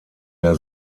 der